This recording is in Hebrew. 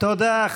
תודה.